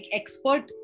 expert